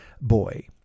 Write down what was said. Boy